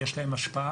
יש להן השפעה.